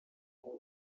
kuko